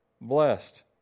Blessed